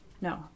no